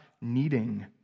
needing